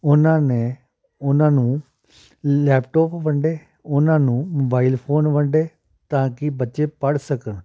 ਉਹਨਾਂ ਨੇ ਉਹਨਾਂ ਨੂੰ ਲੈਪਟੋਪ ਵੰਡੇ ਉਹਨਾਂ ਨੂੰ ਮੋਬਾਇਲ ਫ਼ੋਨ ਵੰਡੇ ਤਾਂ ਕਿ ਬੱਚੇ ਪੜ੍ਹ ਸਕਣ